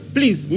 Please